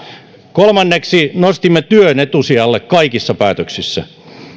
kolmanneksi nostimme työn etusijalle kaikissa päätöksissä